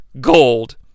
Gold